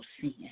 sin